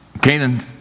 Canaan